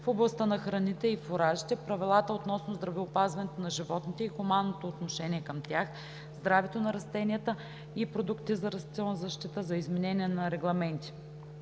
в областта на храните и фуражите, правилата относно здравеопазването на животните и хуманното отношение към тях, здравето на растенията и продуктите за растителна защита, за изменение на регламенти